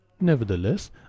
Nevertheless